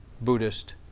Buddhist